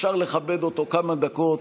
אפשר לכבד אותו כמה דקות